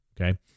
Okay